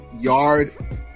Yard